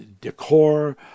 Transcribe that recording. decor